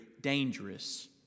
dangerous